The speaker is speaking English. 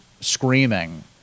screaming